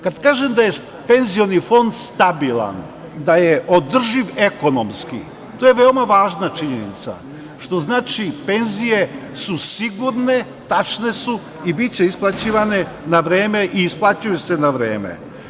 Kad kažem da je penzioni fond stabilan, da je održiv ekonomski, to je veoma važna činjenica, što znači da su penzije sigurne, tačne su, biće isplaćivane na vreme i isplaćuju se na vreme.